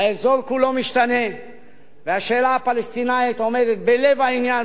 האזור כולו משתנה והשאלה הפלסטינית עומדת בלב העניין,